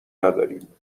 نداریم